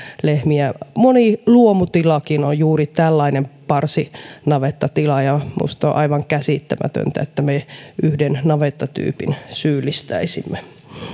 lehmiä moni luomutilakin on juuri tällainen parsinavettatila minusta on aivan käsittämätöntä että me yhden navettatyypin syyllistäisimme